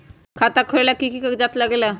खाता खोलेला कि कि कागज़ात लगेला?